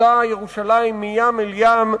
אותה ירושלים מים אל ים,